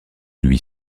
lui